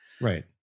right